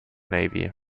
navy